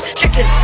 chicken